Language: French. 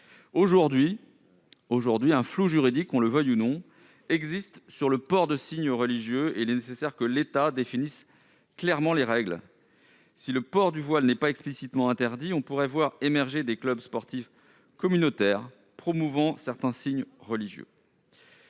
Aujourd'hui, un flou juridique existe sur le port de signes religieux. Il est nécessaire que l'État définisse clairement les règles. Si le port du voile n'est pas explicitement interdit, on pourrait voir émerger des clubs sportifs communautaires promouvant certains signes religieux.